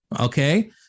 Okay